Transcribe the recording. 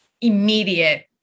immediate